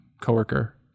coworker